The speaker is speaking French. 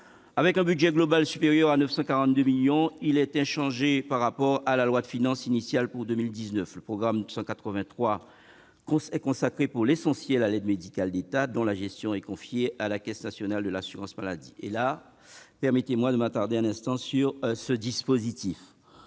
Avec un budget global supérieur à 942 millions d'euros, il est inchangé par rapport à la loi de finances initiale pour 2019. Le programme 183 est consacré, pour l'essentiel, à l'aide médical de l'État, dont la gestion est confiée à la Caisse nationale de l'assurance maladie. Permettez-moi, mes chers collègues, de m'attarder un instant sur ce dispositif.